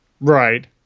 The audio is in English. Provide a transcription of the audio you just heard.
Right